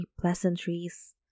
pleasantries